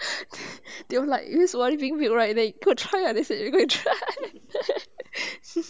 then like use already you know what I mean go try lah they said you can try